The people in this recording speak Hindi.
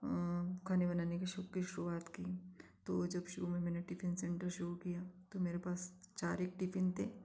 खाने बनाने कि शौक़ के शुरुआत की तो जब शुरु में मैंने टिफ़िन सेंटर शुरू किया तो मेरे पास चार एक टिफ़िन थे